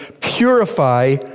purify